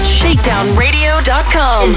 shakedownradio.com